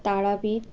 Tarapith